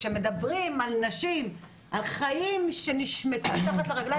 אבל כשמדברים על נשים ועל חיים שנשמטו מתחת לרגליים,